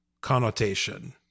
connotation